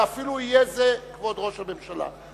ואפילו יהיה זה כבוד ראש הממשלה.